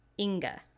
Inga